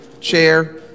chair